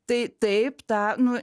tai taip tą nu